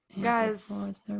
Guys